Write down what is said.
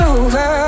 over